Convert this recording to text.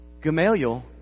Gamaliel